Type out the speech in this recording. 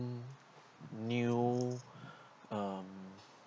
new um